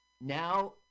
Now